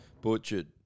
butchered